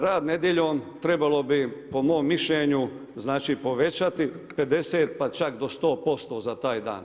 Rad nedjeljom, trebalo bi po mom mišljenju, znači povećati 50 pa čak do 100% za taj dan.